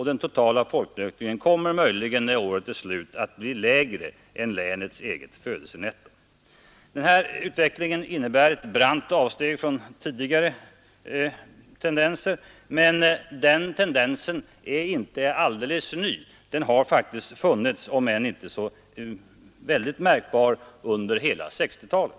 Den totala folkökningen när året är slut kommer möjligen att bli lägre än länets födelsenetto. Denna utveckling innebär ett. brant avsteg från tidigare utveckling, men tendensen är inte alldeles ny. Den har faktiskt funnits, om än inte så väldigt märkbar, under hela 1960-talet.